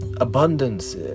abundance